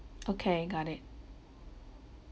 okay got it